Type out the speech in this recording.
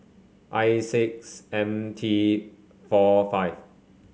I six M T four five